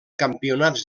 campionats